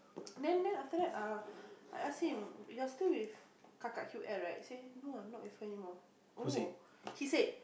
then then after that uh I ask him you're still with Kaka he say no I'm not with her anymore oh he said